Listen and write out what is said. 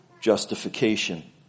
justification